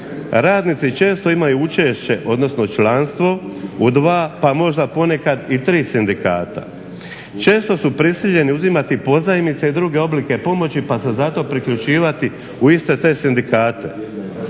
radnici često imaju učešće, odnosno članstvo u 2, pa možda ponekad i 3 sindikata. Često su prisiljeni uzimati pozajmice i druge oblike pomoći pa se zato priključivati u iste te sindikate.